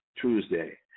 Tuesday